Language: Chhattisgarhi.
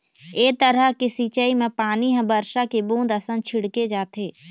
ए तरह के सिंचई म पानी ह बरसा के बूंद असन छिड़के जाथे